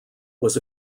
was